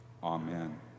Amen